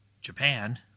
Japan